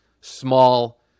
small